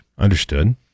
Understood